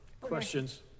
questions